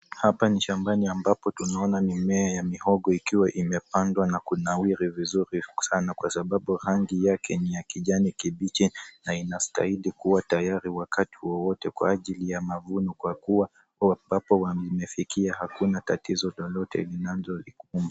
Hapa ni shambani ambapo tunaona mimea ya mihogo ikiwa imepandwa na kunawiri vizuri sana kwa sababu rangi yake ni ya kijani kibichi na istahili kuwa tayari wakati wowote kwa ajili ya mavuno kwa kuwa ambapo imefikia hakuna tatizo lolote linaweza zikumba.